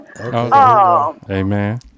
amen